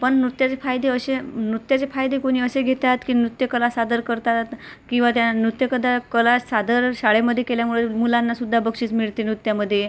पण नृत्याचे फायदे असे नृत्याचे फायदे कोणी असे घेतात की नृत्यकला सादर करतात किंवा त्या नृत्यकला कला सादर शाळेमध्ये केल्यामुळे मुलांनासुद्धा बक्षीस मिळते नृत्यामध्ये